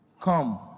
Come